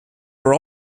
are